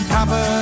Papa